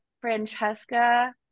Francesca